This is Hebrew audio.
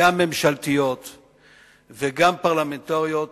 גם ממשלתיות וגם פרלמנטריות,